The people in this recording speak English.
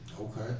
Okay